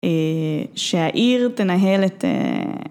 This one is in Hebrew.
‫שהעיר תנהל את...